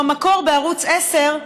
"המקור" בערוץ 10,